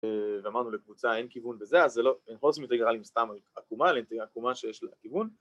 ואמרנו לקבוצה אין כיוון בזה, אז זה לא, אין חוסר אינטגרל עם סתם עקומה, אלא עקומה שיש לה כיוון